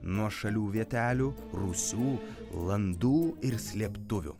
nuošalių vietelių rusių landų ir slėptuvių